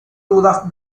dudas